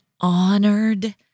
honored